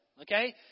okay